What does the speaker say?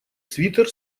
свитер